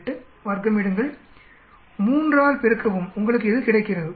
8 வர்க்கமெடுங்கள் 3 ஆல் பெருக்கவும் உங்களுக்கு இது கிடைக்கிறது